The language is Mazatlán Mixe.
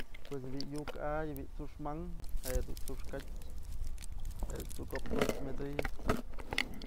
Pues bi'i yuk a'ay, je'e bi'i t'suxk mankë jedun t'suxkatyë jet's dun kopkotyë myët'sëyëp.